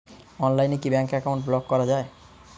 অনলাইনে কি bank account block করা য়ায়?